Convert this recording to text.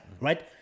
right